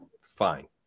fine